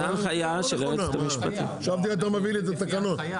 להוכיח שאנו באים בצורה נכונה.